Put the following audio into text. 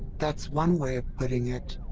that's one way of putting it.